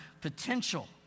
potential